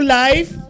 life